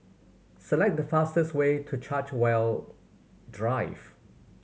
select the fastest way to Chartwell Drive